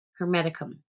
Hermeticum